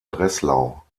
breslau